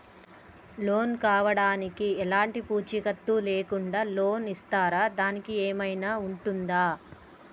Loan కావడానికి ఎలాంటి పూచీకత్తు లేకుండా లోన్ ఇస్తారా దానికి ఏమైనా ఉంటుందా?